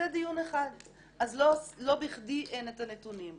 זה דיון אחד, אז לא בכדי אין את הנתונים.